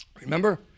Remember